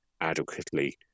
adequately